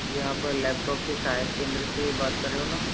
जी आप लैपटॉप के सहायक केंद्र से बात कर रहे हो ना